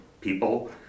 people